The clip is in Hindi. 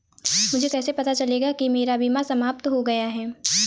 मुझे कैसे पता चलेगा कि मेरा बीमा समाप्त हो गया है?